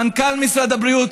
מנכ"ל משרד הבריאות,